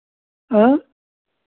आँय